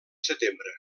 setembre